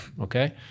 okay